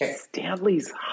Stanley's